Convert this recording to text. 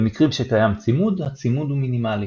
במקרים שקיים צימוד הצימוד הוא מינימלי.